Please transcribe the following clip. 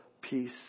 peace